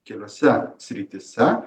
keliose srityse